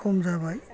बिराद खम जाबाय